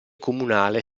comunale